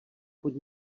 pod